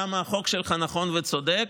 למה החוק שלך נכון וצודק,